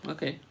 Okay